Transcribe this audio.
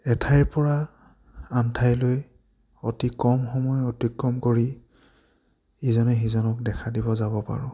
এঠাইৰ পৰা আন ঠাইলৈ অতি কম সময় অতিক্ৰম কৰি ইজনে সিজনক দেখা দিব যাব পাৰোঁ